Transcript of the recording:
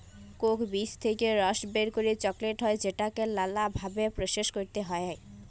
Coke বীজ থেক্যে রস বের করে চকলেট হ্যয় যেটাকে লালা ভাবে প্রসেস ক্যরতে হ্য়য়